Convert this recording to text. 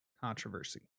controversy